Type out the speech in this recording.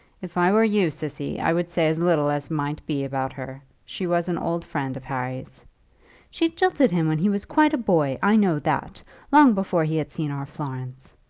if i were you, cissy, i would say as little as might be about her. she was an old friend of harry's she jilted him when he was quite a boy i know that long before he had seen our florence.